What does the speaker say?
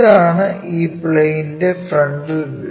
ഇതാണ് ഈ പ്ലെയിനിന്റെ ഫ്രണ്ടൽ വ്യൂ